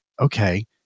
okay